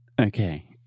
Okay